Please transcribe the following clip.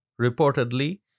reportedly